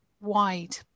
wide